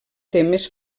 temes